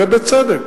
ובצדק.